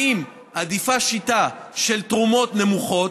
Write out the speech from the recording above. האם עדיפה שיטה של תרומות נמוכות,